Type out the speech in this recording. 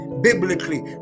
biblically